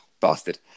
Bastard